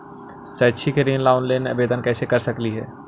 शैक्षिक ऋण ला ऑनलाइन आवेदन कैसे कर सकली हे?